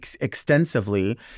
extensively